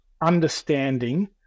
understanding –